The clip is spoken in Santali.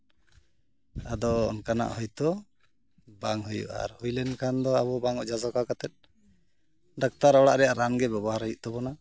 ᱟᱫᱚ ᱚᱱᱠᱟᱱᱟᱜ ᱦᱳᱭᱛᱳ ᱵᱟᱝ ᱦᱩᱭᱩᱜᱼᱟ ᱟᱨ ᱦᱩᱭ ᱞᱮᱱᱠᱷᱟᱱ ᱫᱚ ᱟᱫᱚ ᱵᱟᱝ ᱚᱡᱷᱟ ᱥᱚᱠᱷᱟ ᱠᱟᱛᱮ ᱰᱟᱠᱛᱟᱨ ᱚᱲᱟᱜ ᱨᱮᱭᱟᱜ ᱨᱟᱱᱜᱮ ᱵᱮᱵᱚᱦᱟᱨ ᱦᱩᱭᱩᱜ ᱛᱟᱵᱚᱱᱟ